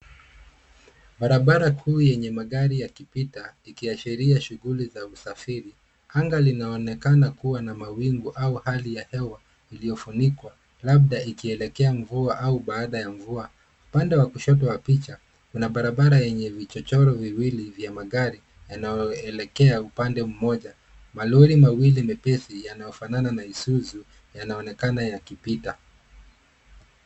Barabara kuu yenye magari yakipita, ikiashiria shughuli za usafiri. Anga linaonekana kuwa na mawingu au hali ya hewa iliyofunikwa, labda ikielekea mvua au baada ya mvua. Upande wa kushoto wa picha, kuna barabara yenye vichochoro viwili vya magari yanayoelekea upande mmoja. Malori mawili mepesi yanayofanana na Isuzu yanaonekana yakipita.